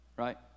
Right